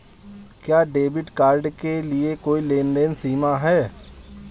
क्या debit card के लिए कोई लेनदेन सीमा है?